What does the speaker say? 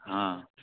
હા